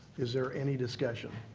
is there any discussion?